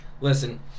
Listen